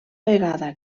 vegada